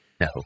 No